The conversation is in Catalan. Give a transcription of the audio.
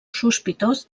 sospitós